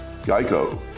Geico